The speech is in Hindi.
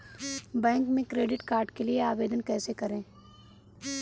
बैंक में क्रेडिट कार्ड के लिए आवेदन कैसे करें?